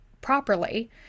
properly